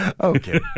Okay